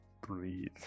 breathe